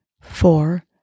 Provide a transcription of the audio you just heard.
four